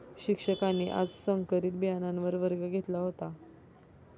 शिक्षकांनी आज संकरित बियाणांवर वर्ग घेतला होता